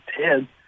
Ten